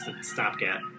stopgap